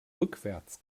rückwärts